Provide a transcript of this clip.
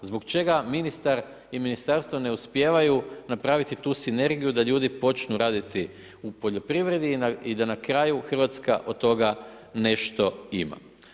Zbog čega ministar i ministarstvo ne uspijevaju napraviti tu sinergiju da ljudi počnu raditi u poljoprivredi i da na kraju Hrvatska nešto ima.